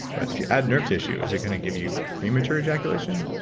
but if you add nerve tissue is it going to give you premature ejaculation?